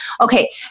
Okay